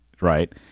right